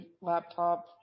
laptop